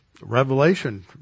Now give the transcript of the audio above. Revelation